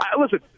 listen